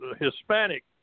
Hispanic